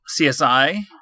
CSI